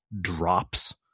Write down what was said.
drops